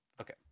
Okay